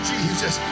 Jesus